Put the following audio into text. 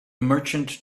merchant